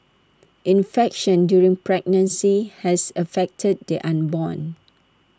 infection during pregnancy has affected the unborn